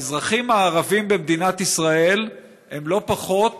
האזרחים הערבים במדינת ישראל הם לא פחות